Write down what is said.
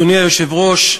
אדוני היושב-ראש,